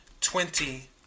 twenty